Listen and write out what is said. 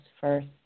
first